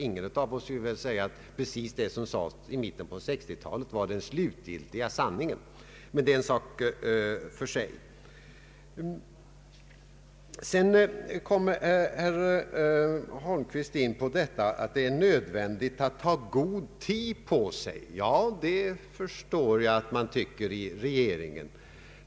Ingen av oss vill väl göra gällande att precis det som sades 1 mitten av 1960-talet var den slutgiltiga sanningen. Men detta är en sak för sig. Sedan kom herr Holmqvist in på att det är nödvändigt att ”ta god tid på sig”. Ja, det förstår jag att man tycker i regeringen.